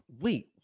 Wait